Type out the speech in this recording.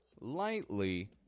lightly